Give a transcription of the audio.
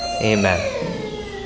Amen